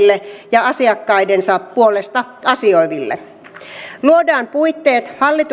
ja asiakkaidensa puolesta asioiville luodaan puitteet